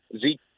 Zeke